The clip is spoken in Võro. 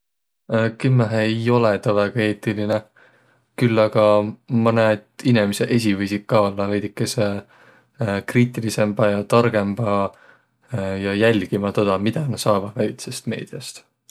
Kimmähe ei olõq taa väega eetiline, küll aga ma näe, et inemiseq esiq võisiq ka ollaq veidikese kriitilisembaq ja targõmbaq ja jälgimä toda, midä na saavaq välitsest meediäst.